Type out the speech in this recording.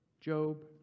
Job